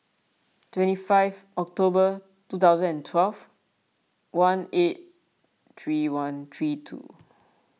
twenty five October two thousand and twelve one eight three one three two